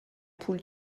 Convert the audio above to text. پول